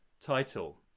title